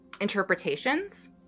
interpretations